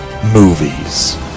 Movies